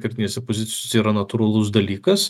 kertinėse pozicijoe yra natūralus dalykas